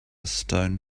stone